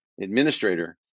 administrator